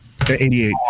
88